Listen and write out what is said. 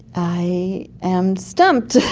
i am stumped.